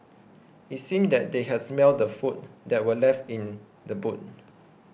it seemed that they had smelt the food that were left in the boot